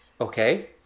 okay